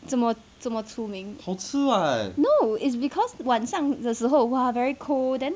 怎么怎么出名 no is because 晚上的时候 !wah! very cold then